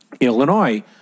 Illinois